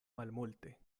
malmulte